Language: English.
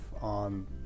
on